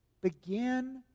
Begin